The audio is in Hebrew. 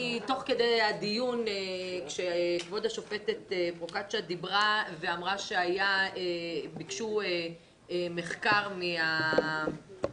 תוך כדי הדיון כשכבוד השופטת פרוקצ'יה אמרה שביקשו מחקר מן